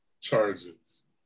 charges